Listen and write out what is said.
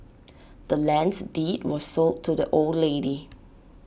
the land's deed was sold to the old lady